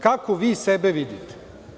Kako vi sebe vidite?